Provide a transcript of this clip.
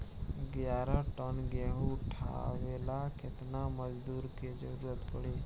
ग्यारह टन गेहूं उठावेला केतना मजदूर के जरुरत पूरी?